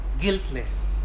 guiltless